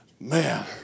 Man